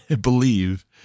believe